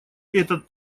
этот